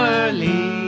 early